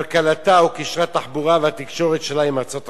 כלכלתה או קשרי התחבורה והתקשורת שלה עם ארצות אחרות.